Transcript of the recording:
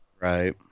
Right